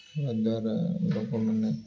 ତା'ଦ୍ୱାରା ଲୋକମାନେ